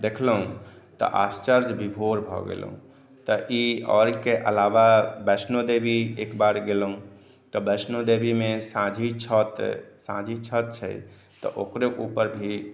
देखलहुॅं तऽ आश्चर्य विभोर भऽ गेलहुॅं तऽ ई एहि के अलावा वैष्णो देवी एक बार गेलहुॅं तऽ वैष्णो देवी मे साँझी छत साँझी छत छै तऽ ओकरे ऊपर भी